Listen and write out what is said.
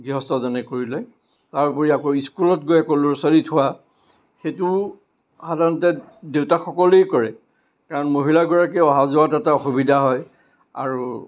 গৃহস্থজনে কৰি লয় তাৰ উপৰি আকৌ স্কুলত গৈ আকৌ ল'ৰা ছোৱালী থোৱা সেইটো সাধাৰণতে দেউতাক সকলেই কৰে কাৰণ মহিলা গৰাকী অহা যোৱাত এটা অসুবিধা হয় আৰু